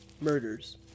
murders